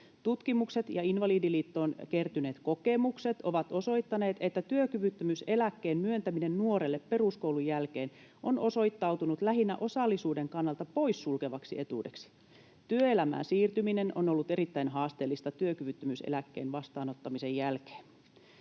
Tutkimukset ja Invalidiliittoon kertyneet kokemukset ovat osoittaneet, että työkyvyttömyyseläkkeen myöntäminen nuorelle peruskoulun jälkeen on osoittautunut osallisuuden kannalta lähinnä poissulkevaksi etuudeksi. Työelämään siirtyminen on ollut erittäin haasteellista työkyvyttömyyseläkkeen vastaanottamisen jälkeen.